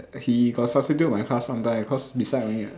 he got substitute my class sometime because beside only what